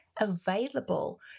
available